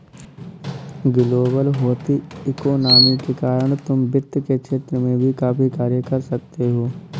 global होती economy के कारण तुम वित्त के क्षेत्र में भी काफी कार्य कर सकते हो